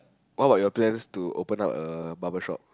what about your plans to open up a barber shop